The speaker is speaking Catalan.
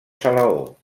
salaó